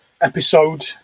episode